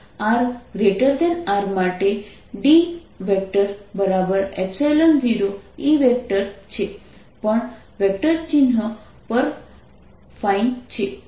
અને rR માટે D 0E છે પણ વેક્ટર ચિન્હ પણ ફાઇન છે